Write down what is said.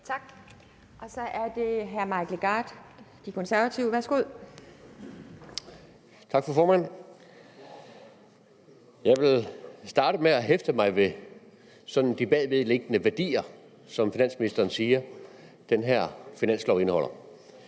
Tak. Og så er det hr. Mike Legarth, De Konservative, værsgo. Kl. 17:32 Mike Legarth (KF): Tak, fru formand. Jeg vil starte med at hæfte mig sådan ved de bagvedliggende værdier, som finansministeren siger den her finanslov indeholder.